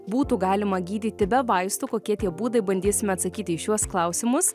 būtų galima gydyti be vaistų kokie tie būdai bandysime atsakyti į šiuos klausimus